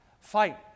fight